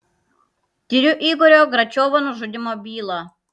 tiriu igorio gračiovo nužudymo bylą